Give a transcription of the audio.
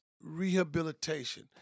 rehabilitation